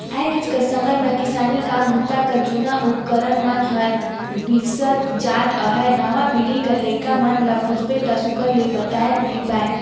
आएज कर समे मे किसानी काम बूता कर जूना उपकरन मन हर बिसरत जात अहे नावा पीढ़ी कर लरिका मन ल पूछबे ता सुग्घर ले बताए नी पाए